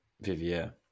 vivier